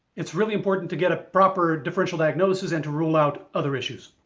it's really important to get a proper differential diagnosis and to rule out other issues.